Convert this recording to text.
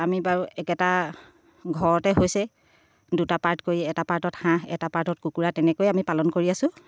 আমি বাৰু একেটা ঘৰতে হৈছে দুটা পাৰ্ট কৰি এটা পাৰ্টত হাঁহ এটা পাৰ্টত কুকুৰা তেনেকৈ আমি পালন কৰি আছোঁ